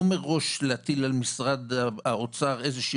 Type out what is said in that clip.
לא מראש להטיל על משרד האוצר איזושהי